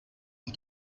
amb